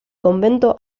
convento